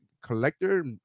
collector